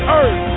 earth